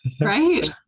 Right